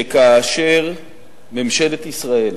שכאשר ממשלת ישראל,